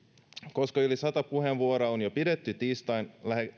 koska yli sata puheenvuoroa on jo pidetty tiistain